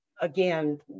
again